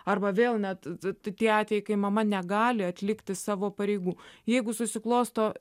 arba vėl net tie atvejai kai mama negali atlikti savo pareigų jeigu susiklosto